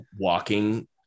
walking